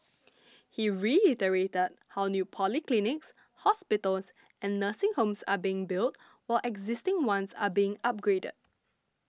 he reiterated how new polyclinics hospitals and nursing homes are being built while existing ones are being upgraded